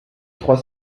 trois